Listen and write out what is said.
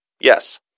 Yes